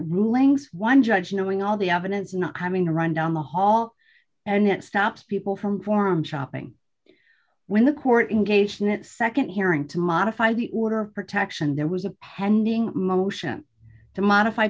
rulings one judge knowing all the evidence not having to run down the hall and that stops people from forum shopping when the court engaged in its nd hearing to modify the order of protection there was a pending motion to modify